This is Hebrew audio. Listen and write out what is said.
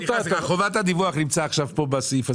חובת הדיווח נמצאת עכשיו פה, בסעיף הזה?